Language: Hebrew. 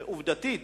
עובדתית,